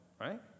right